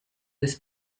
this